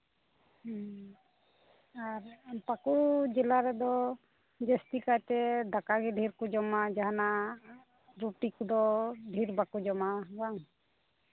ᱦᱮᱸ ᱟᱨ ᱯᱟᱹᱠᱩᱲ ᱡᱮᱞᱟ ᱨᱮᱫᱚ ᱡᱟᱹᱥᱛᱤ ᱠᱟᱭᱛᱮ ᱫᱟᱠᱟ ᱜᱮ ᱰᱷᱮᱨ ᱠᱚ ᱡᱚᱢᱟ ᱡᱟᱦᱟᱱᱟᱜ ᱨᱩᱴᱤ ᱠᱚᱫᱚ ᱰᱷᱮᱨ ᱵᱟᱠᱚ ᱡᱚᱢᱟ ᱵᱟᱝ